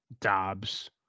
Dobbs